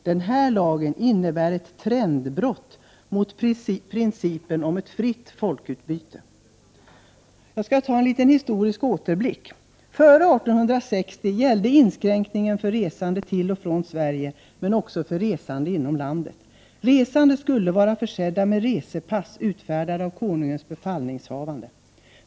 Den här lagen innebär ett trendbrott mot principen om ett fritt folkutbyte. Jag skall ge en historisk återblick. Före 1860 gällde inskränkningen för resande till och från Sverige, men också för resande inom landet. Resande skulle vara försedda med resepass utfärdade av konungens befallningshavande.